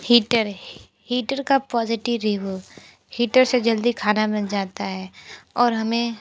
heater heater का positive review heater से जल्दी खाना बन जाता है और हमें